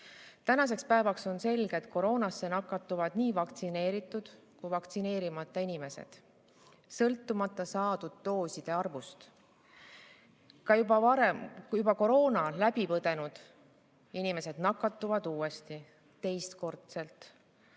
Tänaseks päevaks on selge, et koroonasse nakatuvad nii vaktsineeritud kui ka vaktsineerimata inimesed, sõltumata saadud dooside arvust. Ka juba varem koroona läbi põdenud inimesed nakatuvad uuesti, teistkordselt.